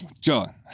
John